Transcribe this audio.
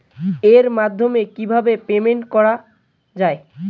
এর মাধ্যমে কিভাবে পেমেন্ট করা য়ায়?